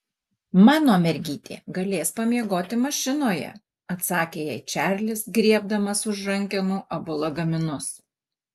mano mergytė galės pamiegoti mašinoje atsakė jai čarlis griebdamas už rankenų abu lagaminus